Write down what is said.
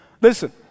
Listen